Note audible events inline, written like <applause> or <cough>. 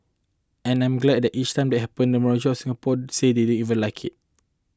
and I'm glad that each time they happens the majority of Singapore say they did <unintelligible> like it